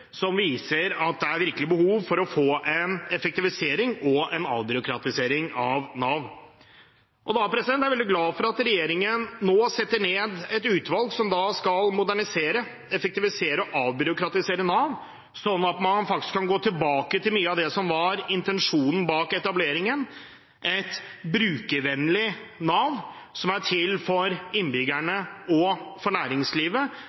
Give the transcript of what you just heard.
som viser at det virkelig er behov for en effektivisering og en avbyråkratisering av Nav. Da er jeg veldig glad for at regjeringen nå setter ned et utvalg som skal modernisere, effektivisere og avbyråkratisere Nav, sånn at man faktisk kan gå tilbake til mye av det som var intensjonen bak etableringen – et brukervennlig Nav som er til for innbyggerne og for næringslivet